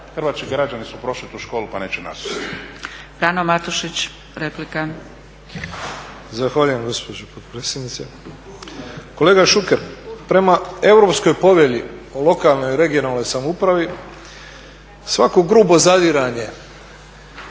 hrvatski građani su prošli tu školu pa neće